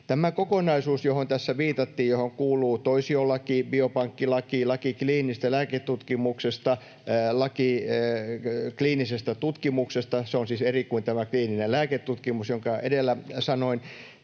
Tämä kokonaisuus, johon tässä viitattiin, johon kuuluvat toisiolaki, biopankkilaki, laki kliinisestä lääketutkimuksesta ja laki kliinisestä tutkimuksesta — se on siis eri kuin tämä kliininen lääketutkimus, jonka edellä sanoin